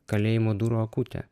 kalėjimo durų akutė